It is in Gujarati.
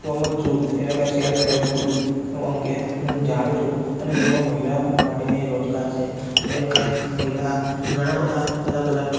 સ્વમત જુથ એટલે કે સેલ્ફ હેલ્પ ગ્રુપ નું અંગે હું જાણું છું અને તેમાં મહિલાઓ માટેની રોજગાર છે જેમકે મહિલા ઘણાબધા અલગ અલગ